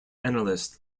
analyst